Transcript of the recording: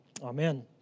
Amen